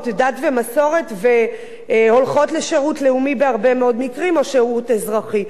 דת ומסורת ובהרבה מאוד מקרים הולכות לשירות לאומי או לשירות אזרחי.